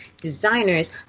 designers